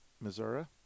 Missouri